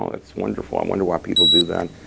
um it's wonderful. i wonder why people do that.